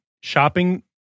shopping